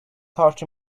torch